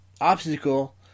obstacle